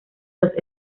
los